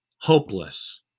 hopeless